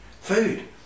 food